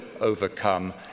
overcome